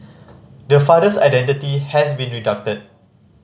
the father's identity has been redacted